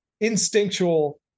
instinctual